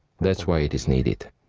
that's why it is needed.